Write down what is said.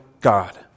God